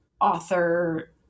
author